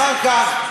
אחר כך,